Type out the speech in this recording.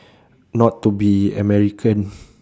not to be american